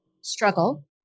struggle